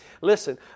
Listen